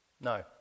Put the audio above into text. No